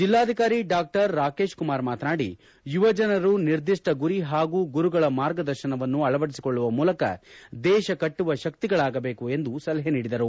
ಜಿಲ್ಲಾಧಿಕಾರಿ ಡಾ ರಾಕೇಶ್ಕುಮಾರ್ ಮಾತನಾಡಿ ಯುವಜನರು ನಿರ್ದಿಷ್ಟ ಗುರಿ ಹಾಗೂ ಗುರುಗಳ ಮಾರ್ಗದರ್ಶನವನ್ನು ಅಳವಡಿಸಿಕೊಳ್ಳುವ ಮೂಲಕ ದೇಶಕಟ್ಟುವ ಶಕ್ತಿಗಳಾಗಬೇಕು ಎಂದು ಸಲಹೆ ನೀಡಿದರು